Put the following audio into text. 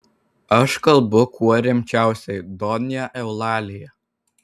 aš kalbu kuo rimčiausiai donja eulalija